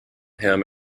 him